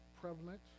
prevalent